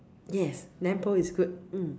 yes lamp post is good